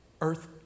earth